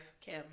Kim